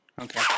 Okay